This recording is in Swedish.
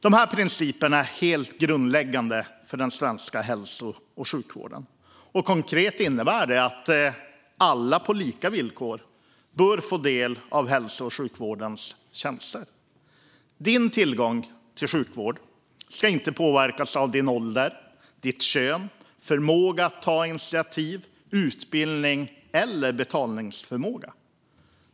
De principerna är helt grundläggande för den svenska hälso och sjukvården. Konkret innebär det att alla bör få del av hälso och sjukvårdens tjänster på lika villkor. Din tillgång till sjukvård ska inte påverkas av din ålder, kön, förmåga att ta initiativ, utbildning eller betalningsförmåga.